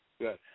Good